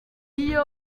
iyo